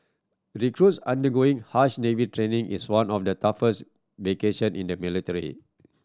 recruits undergoing harsh Navy training in one of the toughest vocation in the military